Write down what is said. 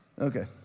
Okay